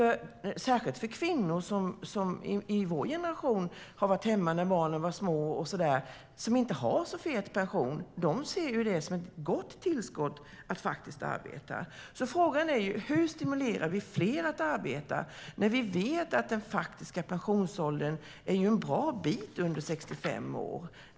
Särskilt kvinnor i vår generation som har varit hemma när barnen varit små och så vidare och inte har en så fet pension ser arbetet som ett gott tillskott. Frågan är hur vi stimulerar fler att arbeta när vi vet att den faktiska pensionsåldern är en bra bit under 65 år.